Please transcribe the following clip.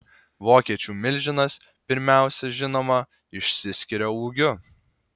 vokiečių milžinas pirmiausia žinoma išsiskiria ūgiu